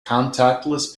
contactless